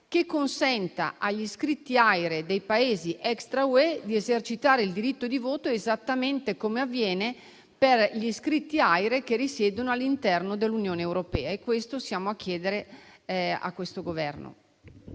che consenta agli iscritti all'AIRE dei Paesi extra-UE di esercitare il diritto di voto, esattamente come avviene per gli iscritti all'AIRE che risiedono all'interno dell'Unione europea, e questo siamo a chiedere a questo Governo.